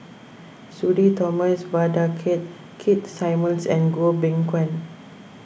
Sudhir Thomas Vadaketh Keith Simmons and Goh Beng Kwan